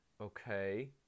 Okay